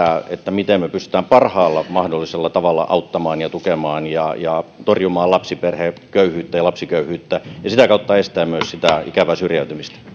miten me pystymme parhaalla mahdollisella tavalla auttamaan ja tukemaan ja ja torjumaan lapsiperheköyhyyttä ja lapsiköyhyyttä ja sitä kautta estämään myös sitä ikävää syrjäytymistä